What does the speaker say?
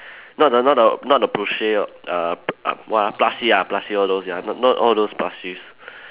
not the not the not the plushie uh uh what ah plushie ah plushie all those ya not not all those plushies